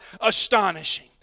astonishing